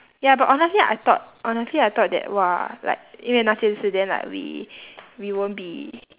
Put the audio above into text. ya but honestly I thought honestly I thought that !wah! like 因为那件事 then like we we won't be